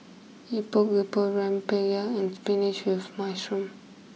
Epok Epok Rempeyek and spinach with Mushroom